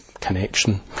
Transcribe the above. connection